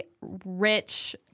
rich